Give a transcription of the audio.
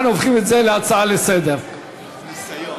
אנחנו הופכים את זה להצעה לסדר-היום בנושא.